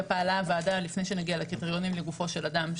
פעלה הוועדה לפני שנגיע לקריטריונים לגופו של אדם,